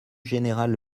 général